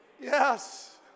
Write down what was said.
yes